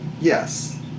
Yes